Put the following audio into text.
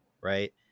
right